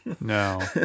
No